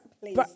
Please